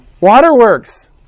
Waterworks